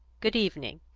good evening,